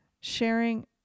sharing